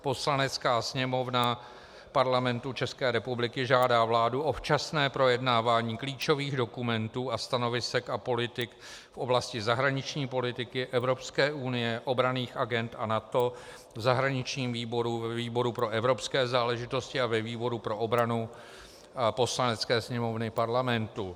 Poslanecká sněmovna Parlamentu České republiky žádá vládu o včasné projednávání klíčových dokumentů a stanovisek a politik v oblasti zahraniční politiky, Evropské unie, obranných agend a NATO v zahraničním výboru, ve výboru pro evropské záležitosti a ve výboru pro obranu Poslanecké sněmovny Parlamentu.